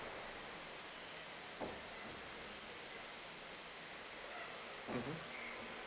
mmhmm